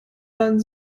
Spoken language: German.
man